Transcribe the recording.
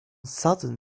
southern